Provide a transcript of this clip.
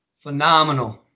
Phenomenal